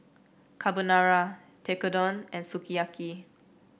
Carbonara Tekkadon and Sukiyaki